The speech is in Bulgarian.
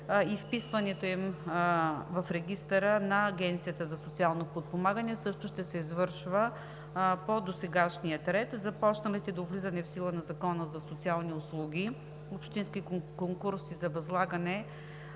и вписването им в регистъра на Агенцията за социално подпомагане също ще се довършат по досегашния ред. Започналите до влизането в сила на ЗСУ общински конкурси за възлагане